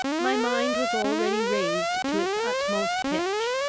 my mind was already raised to its utmost pitch.